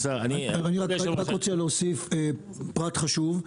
אני רק רוצה להוסיף פרט חשוב.